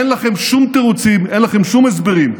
אין לכם שום תירוצים, אין לכם שום הסברים.